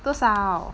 多少